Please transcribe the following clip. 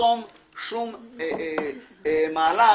לחסום שום מהלך,